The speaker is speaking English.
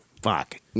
Fuck